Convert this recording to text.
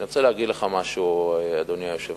אני רוצה להגיד לך משהו, אדוני היושב-ראש.